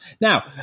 Now